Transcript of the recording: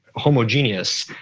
homogeneous.